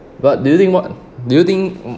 but do you think what do you think